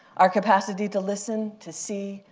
our capacity to listen, to see,